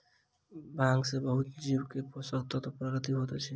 भांग सॅ बहुत जीव के पोषक तत्वक प्राप्ति होइत अछि